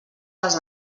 les